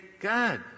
God